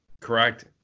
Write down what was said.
Correct